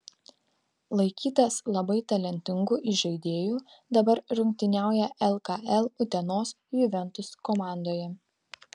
laikytas labai talentingu įžaidėju dabar rungtyniauja lkl utenos juventus komandoje